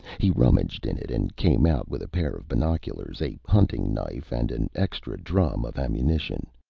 he rummaged in it and came out with a pair of binoculars, a hunting knife and an extra drum of ammunition.